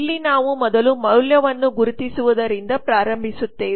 ಇಲ್ಲಿ ನಾವು ಮೊದಲು ಮೌಲ್ಯವನ್ನು ಗುರುತಿಸುವುದರೊಂದಿಗೆ ಪ್ರಾರಂಭಿಸುತ್ತೇವೆ